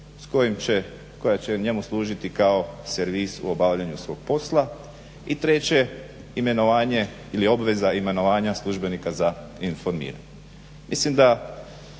koji će njemu služiti kao servis u obavljanju svog posla. I treće, imenovanje ili obveza imenovanja službenika za informiranje. Mislim da